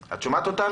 את שומעת אותנו?